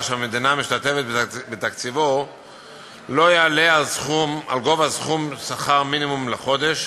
שהמדינה משתתפת בתקציבו לא יעלה על גובה סכום שכר מינימום לחודש.